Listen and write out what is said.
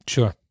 Sure